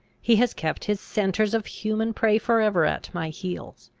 he has kept his scenters of human prey for ever at my heels.